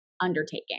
undertaking